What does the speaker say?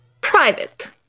private